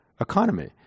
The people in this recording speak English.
economy